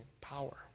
power